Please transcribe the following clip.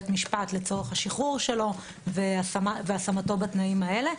המשפט לצורך השחרור שלו והשמתו בתנאים האלה.